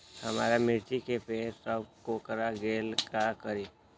हमारा मिर्ची के पेड़ सब कोकरा गेल का करी?